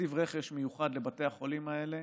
תקציב רכש מיוחד לבתי החולים האלה